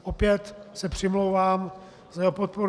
Opět se přimlouvám za jeho podporu.